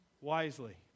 wisely